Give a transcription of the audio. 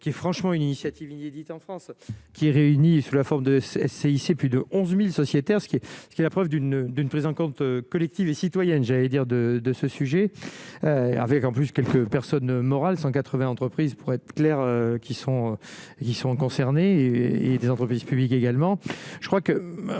qui est franchement une initiative inédite en France qui réunit sous la forme de CIC : plus de 11000 sociétaires, ce qui est ce qui est la preuve d'une d'une prise en compte collective et citoyenne, j'allais dire de de ce sujet avec en plus quelques personnes morales 180 entreprises, pour être clair, qui sont, qui sont concernés et des entreprises publiques également,